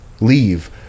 leave